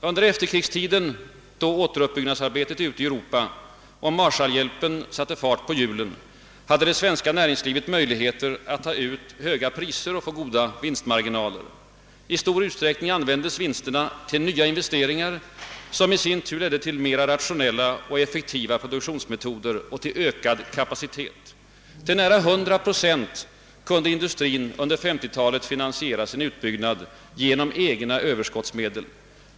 Under efterkrigstiden, då återuppbyggnadsarbetet ute i Europa och Marshallhjälpen satte fart på hjulen, hade det svenska näringslivet möjligheter att ta ut höga priser och få goda vinstmarginaler. I stor utsträckning användes vinsterna till nya investeringar, som i sin tur ledde till mera rationella och effektiva produktionsmetoder och till ökad kapacitet. Till nära 100 procent kunde industrin under 1950-talet finansiera sin utbyggnad genom egna Överskotismedel.